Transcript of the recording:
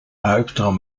albtraum